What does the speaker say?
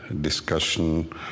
discussion